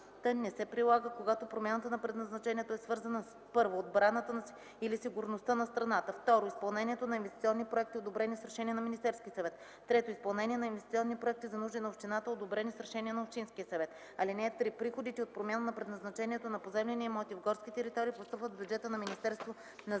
не се прилага, когато промяната на предназначението е свързана с: 1. отбраната или сигурността на страната; 2. изпълнението на инвестиционни проекти, одобрени с решение на Министерския съвет; 3. изпълнение на инвестиционни проекти за нужди на общината, одобрени с решение на общинския съвет. (3) Приходите от промяна на предназначението на поземлени имоти в горски територии постъпват в бюджета на Министерство на